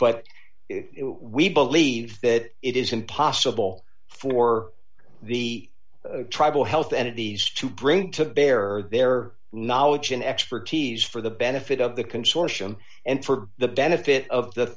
but we believe that it is impossible for the tribal health and these to bring to bear or their knowledge and expertise for the benefit of the consortium and for the benefit of the